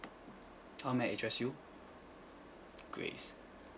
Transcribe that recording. how may I address you grace